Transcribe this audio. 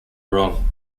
wrong